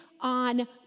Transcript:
on